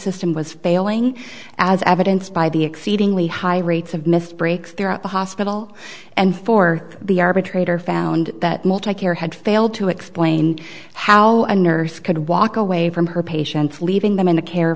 system was failing as evidenced by the exceedingly high rates of missed breaks throughout the hospital and for the arbitrator found that multi care had failed to explain how a nurse could walk away from her patients leaving them in the care